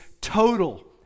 total